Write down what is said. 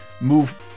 move